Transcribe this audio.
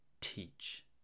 teach